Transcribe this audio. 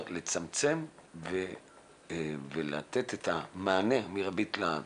לצמצם ולתת את המענה המרבי לציבור.